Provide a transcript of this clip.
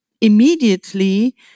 immediately